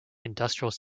industrial